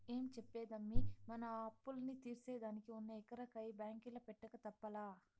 ఏం చెప్పేదమ్మీ, మన అప్పుల్ని తీర్సేదానికి ఉన్న ఎకరా కయ్య బాంకీల పెట్టక తప్పలా